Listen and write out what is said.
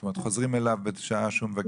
זאת אומרת, חוזרים אליו בשעה שהוא מבקש?